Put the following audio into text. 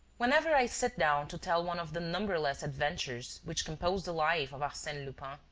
whenever i sit down to tell one of the numberless adventures which compose the life of arsene lupin,